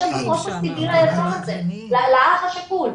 יש אפוטרופוס טבעי לאח השכול.